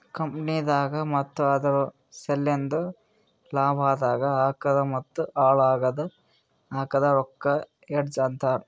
ಕಂಪನಿದಾಗ್ ಮತ್ತ ಅದುರ್ ಸಲೆಂದ್ ಲಾಭ ಆದಾಗ್ ಹಾಕದ್ ಮತ್ತ ಹಾಳ್ ಆದಾಗ್ ಹಾಕದ್ ರೊಕ್ಕಾಗ ಹೆಡ್ಜ್ ಅಂತರ್